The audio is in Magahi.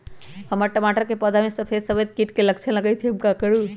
हमर टमाटर के पौधा में सफेद सफेद कीट के लक्षण लगई थई हम का करू?